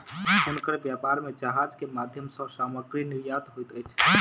हुनकर व्यापार में जहाज के माध्यम सॅ सामग्री निर्यात होइत अछि